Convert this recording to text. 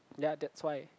ya that's why